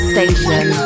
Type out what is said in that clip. Station